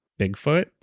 bigfoot